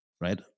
right